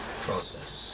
process